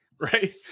right